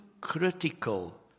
critical